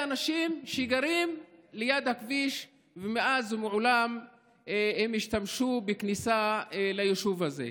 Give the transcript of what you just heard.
אנשים שגרים ליד הכביש ומאז ומעולם הם השתמשו בכניסה ליישוב הזה.